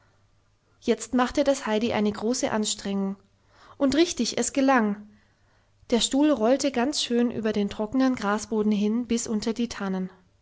jetzt machte das heidi eine große anstrengung und richtig es gelang der stuhl rollte ganz schön über den trockenen grasboden hin bis unter die tannen